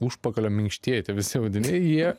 užpakalio minkštėti visi audiniai jie